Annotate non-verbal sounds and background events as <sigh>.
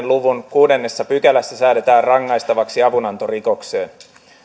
<unintelligible> luvun kuudennessa pykälässä säädetään rangaistavaksi avunanto rikokseen